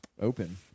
open